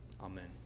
Amen